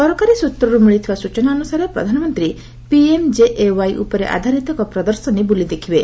ସରକାରୀ ସୂତ୍ରରୁ ମିଳିଥିବା ସୂଚନା ଅନୁସାରେ ପ୍ରଧାନମନ୍ତ୍ରୀ ପିଏମ୍ଜେଏ ୱାଇ ଉପରେ ଆଧାରିତ ଏକ ପ୍ରଦର୍ଶନୀ ବୁଲି ଦେଖିବେ